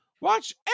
watch